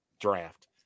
draft